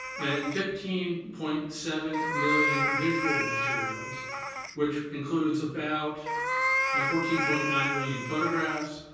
and fifteen point seven million visual materials which includes about fourteen point nine million photographs,